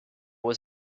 was